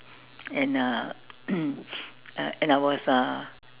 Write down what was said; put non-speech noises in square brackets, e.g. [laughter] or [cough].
and uh [coughs] and I was uh